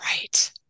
Right